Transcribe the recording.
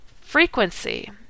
frequency